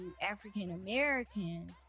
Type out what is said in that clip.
African-Americans